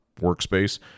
workspace